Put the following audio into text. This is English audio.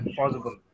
possible